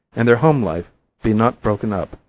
and their home life be not broken up,